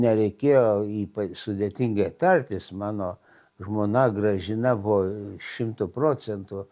nereikėjo ypač sudėtingai tartis mano žmona gražina buvo šimtu procentų